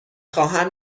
خواهم